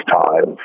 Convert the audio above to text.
time